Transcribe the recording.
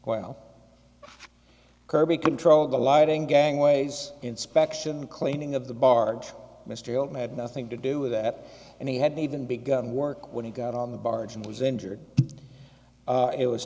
well kirby controlled the lighting gangways inspection cleaning of the barge mr gold had nothing to do with that and he hadn't even begun work when he got on the barge and was injured it was